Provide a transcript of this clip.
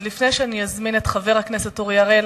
לפני שאני אזמין את חבר הכנסת אורי אריאל,